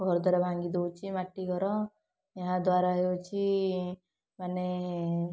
ଘରଦ୍ୱାର ଭାଙ୍ଗି ଦେଉଛି ମାଟି ଘର ଏହାଦ୍ୱାରା ହେଉଛି ମାନେ